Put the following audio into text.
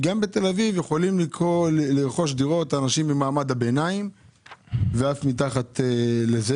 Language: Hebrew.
בתל אביב יכולים לרכוש דירות אנשים ממעמד הביניים ואף מתחת לו.